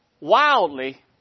wildly